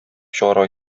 чыгарга